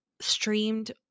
streamed